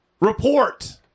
Report